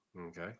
okay